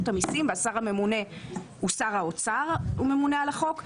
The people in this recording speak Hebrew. המיסים והשר הממונה הוא שר האוצר שממונה על החוק.